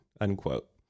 unquote